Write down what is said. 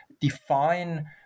define